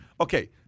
Okay